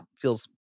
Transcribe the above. feels –